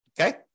Okay